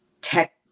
tech